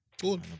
Cool